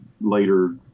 later